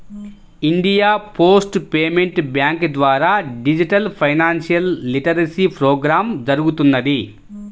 India post payments bank ద్వారా digital financial literacy program జరుగుతున్నది